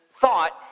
thought